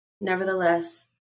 Nevertheless